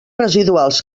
residuals